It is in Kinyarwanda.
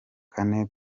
kane